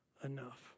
enough